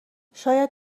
شاید